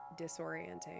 disorienting